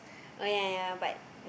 oh ya ya but